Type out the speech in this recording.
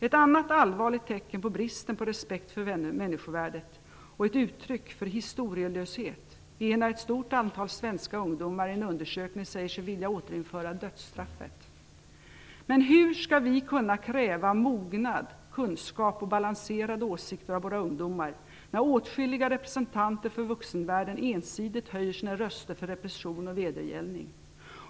Ett annat allvarligt tecken på bristen på respekt för människovärdet och ett uttryck för historielöshet är när ett stort antal svenska ungdomar i en undersökning säger sig vilja återinföra dödsstraffet. Men hur skall vi kunna kräva mognad, kunskap och balanserade åsikter av våra ungdomar när åtskilliga representanter för vuxenvärlden ensidigt höjer sina röster för repression och vedergällning.